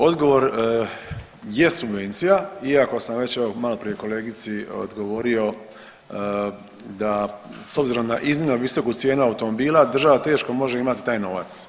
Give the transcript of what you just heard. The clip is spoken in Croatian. Odgovor je subvencija, iako sam već malo prije kolegici odgovorio da s obzirom na iznimno visoku cijenu automobila država teško može imati taj novac.